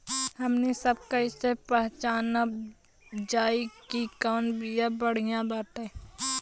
हमनी सभ कईसे पहचानब जाइब की कवन बिया बढ़ियां बाटे?